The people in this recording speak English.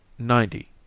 ninety.